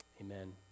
Amen